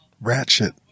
ratchet